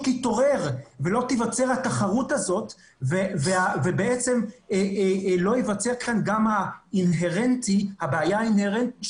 יתעורר ולא תיווצר התחרות הזאת ולא תיווצר הבעיה האינהרנטית